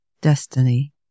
destiny